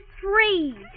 three